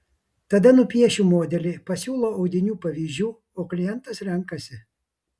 tada nupiešiu modelį pasiūlau audinių pavyzdžių o klientas renkasi